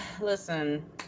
listen